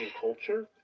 culture